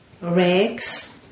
rags